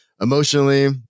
emotionally